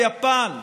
יפן,